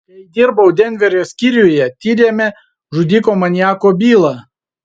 kai dirbau denverio skyriuje tyrėme žudiko maniako bylą